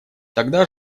тогда